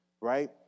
Right